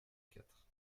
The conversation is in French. quatre